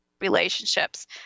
relationships